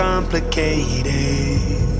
Complicated